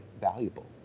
valuable